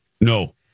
No